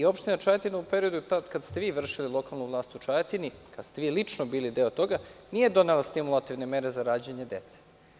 Opština Čajetina, u periodu tad kad ste vi vršili lokalnu vlast u Čajetini, kad ste vi lično bili deo toga, nije donela stimulativne mere za rađanje dece.